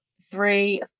three